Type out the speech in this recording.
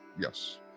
Yes